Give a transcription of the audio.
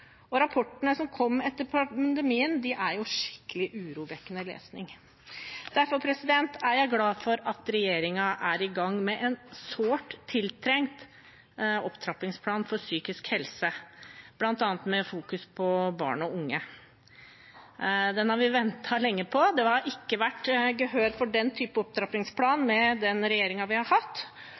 rapportene som kom etter pandemien, er skikkelig urovekkende lesning. Derfor er jeg glad for at regjeringen er i gang med en sårt tiltrengt opptrappingsplan for psykisk helse, bl.a. med fokus på barn og unge. Den har vi ventet lenge på. Det var ikke gehør for denne typen opptrappingsplan med den regjeringen vi har hatt,